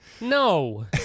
No